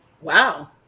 Wow